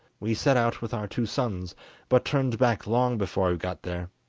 we set out with our two sons but turned back long before we got there,